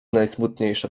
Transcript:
najsmutniejsze